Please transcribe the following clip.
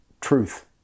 truth